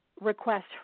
request